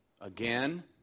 again